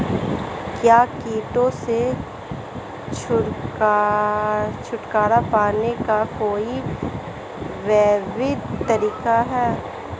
क्या कीटों से छुटकारा पाने का कोई जैविक तरीका है?